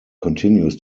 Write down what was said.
continues